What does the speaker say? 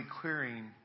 clearing